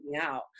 out